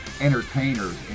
entertainers